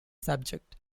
subject